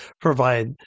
provide